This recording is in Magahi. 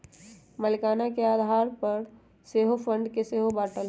मलीकाना के आधार पर सेहो फंड के सेहो बाटल